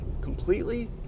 completely